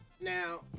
Now